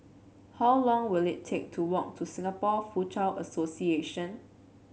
how long will it take to walk to Singapore Foochow Association